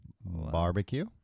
barbecue